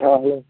రాజు